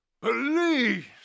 Police